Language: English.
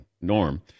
norm